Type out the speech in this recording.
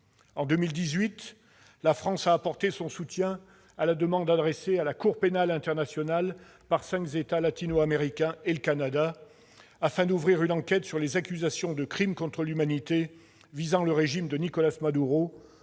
En 2018, la France a apporté son soutien à la demande adressée à la Cour pénale internationale par cinq États latino-américains et le Canada, afin d'ouvrir une enquête sur les accusations de crimes contre l'humanité visant le régime de Nicolás Maduro,